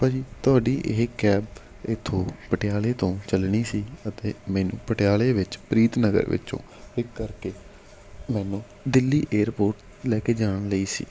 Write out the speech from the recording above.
ਭਾਅ ਜੀ ਤੁਹਾਡੀ ਇਹ ਕੈਬ ਇੱਥੋਂ ਪਟਿਆਲੇ ਤੋਂ ਚੱਲਣੀ ਸੀ ਅਤੇ ਮੈਨੂੰ ਪਟਿਆਲੇ ਵਿੱਚ ਪ੍ਰੀਤ ਨਗਰ ਵਿੱਚੋਂ ਪਿੱਕ ਕਰਕੇ ਮੈਨੂੰ ਦਿੱਲੀ ਏਅਰਪੋਰਟ ਲੈ ਕੇ ਜਾਣ ਲਈ ਸੀ